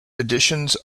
editions